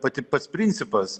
pati pats principas